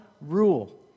rule